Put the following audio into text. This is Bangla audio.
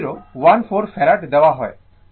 এবং ক্যাপাসিটারকে C 00014 ফেরাড দেওয়া হয়